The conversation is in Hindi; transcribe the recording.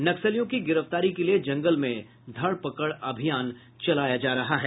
नक्सलियों की गिरफ्तारी के लिये जंगल में धर पकड़ अभियान चलाया जा रहा है